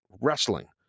wrestling